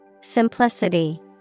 Simplicity